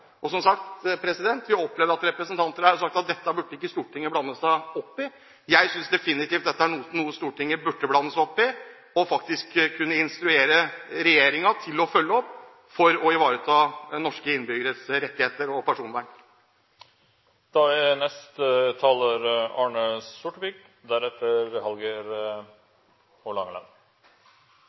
vært. Som sagt: Vi har opplevd at representanter her har sagt at dette burde ikke Stortinget blande seg opp i. Jeg synes definitivt at dette er noe Stortinget burde blande seg opp i og faktisk burde kunne instruere regjeringen til å følge opp, for å ivareta norske innbyggeres rettigheter og personvern. Det er